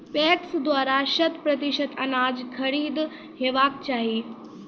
PACS द्वारा शत प्रतिसत अनाज खरीद हेवाक चाही?